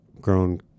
grown